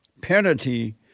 penalty